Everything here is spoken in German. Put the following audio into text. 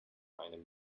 einem